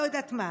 לא יודעת מה,